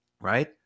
right